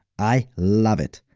i love it.